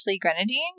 Grenadine